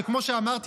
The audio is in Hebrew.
שכמו שאמרתי,